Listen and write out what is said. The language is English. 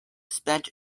spent